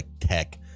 tech